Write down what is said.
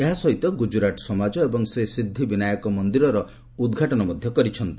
ଏହା ସହିତ ଗୁଜରାଟ ସମାଜ ଏବଂ ଶ୍ରୀ ସିଦ୍ଧିବିନାୟକ ମନ୍ଦିରର ଉଦ୍ଘାଟନ କରିଥିଲେ